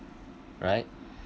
right